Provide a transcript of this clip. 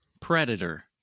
Predator